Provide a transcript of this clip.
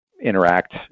interact